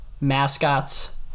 mascots